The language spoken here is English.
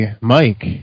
Mike